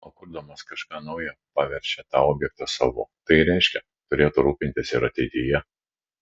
o kurdamas kažką nauja paverčia tą objektą savu tai reiškia turėtų rūpintis ir ateityje